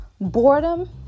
boredom